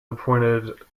appointed